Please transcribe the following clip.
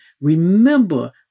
Remember